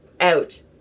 out